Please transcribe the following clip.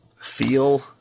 feel